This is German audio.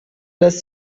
lässt